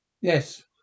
yes